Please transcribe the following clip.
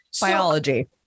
Biology